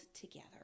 together